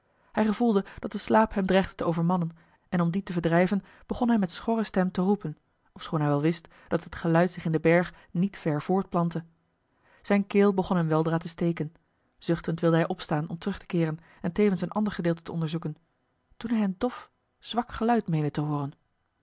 hij gevoelde dat de slaap hem dreigde te overmannen en om dien te verdrijven begon hij met schorre stem te roepen ofschoon hij wel wist dat het geluid zich in den berg niet ver voortplantte zijne keel begon hem weldra te steken zuchtend wilde hij opstaan om terug te keeren en tevens een ander gedeelte te onderzoeken toen hij een dof zwak geluid meende te hooren